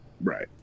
right